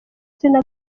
selena